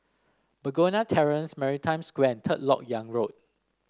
Begonia Terrace Maritime Square and Third LoK Yang Road